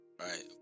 right